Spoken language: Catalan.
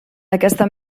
aquesta